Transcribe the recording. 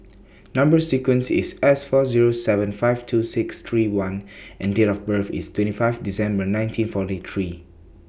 Number sequence IS S four Zero seven five two six three one and Date of birth IS twenty five December nineteen forty three